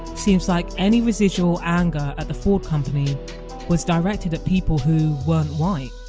seems like any residual anger at the ford company was directed at people who weren't white